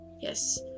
yes